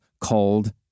called